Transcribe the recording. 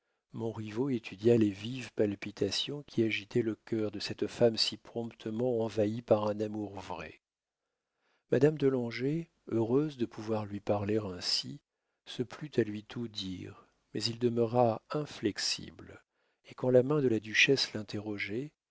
descendre montriveau étudia les vives palpitations qui agitaient le cœur de cette femme si promptement envahie par un amour vrai madame de langeais heureuse de pouvoir lui parler ainsi se plut à lui tout dire mais il demeura inflexible et quand la main de la duchesse l'interrogeait